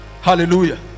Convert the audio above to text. Hallelujah